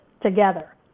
together